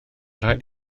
rhaid